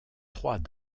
trois